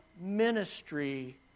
ministry